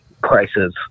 prices